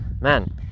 man